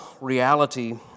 reality